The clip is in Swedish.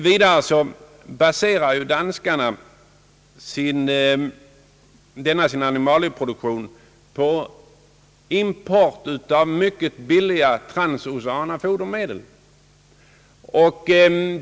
Vidare baserar danskarna denna sin animalieproduktion på import av mycket billiga transoceana fodermedel.